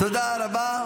תודה רבה.